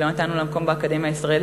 כי לא נתנו להם מקום באקדמיה הישראלית,